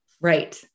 Right